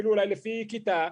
ואולי אפילו לפי כיתה.